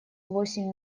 восемь